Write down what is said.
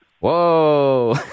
Whoa